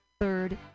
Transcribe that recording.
third